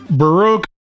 Baroque